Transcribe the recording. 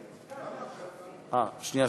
שנייה.